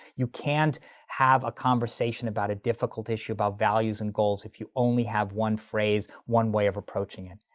you can't have a conversation about a difficult issue, about values and goals, if you have only have one phrase, one way of approaching it.